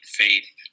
faith